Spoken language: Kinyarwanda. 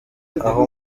aho